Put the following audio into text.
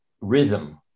rhythm